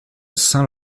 saint